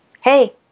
hey